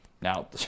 Now